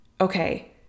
okay